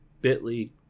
bit.ly